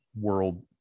world